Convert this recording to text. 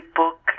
book